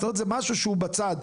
נאמרה כאילו שזה משהו שנמצא בצד,